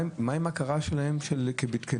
מה עם הכרה שלהם כנפגעים?